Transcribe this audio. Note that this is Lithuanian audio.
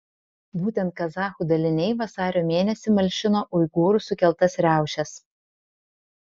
būtent kazachų daliniai vasario mėnesį malšino uigūrų sukeltas riaušes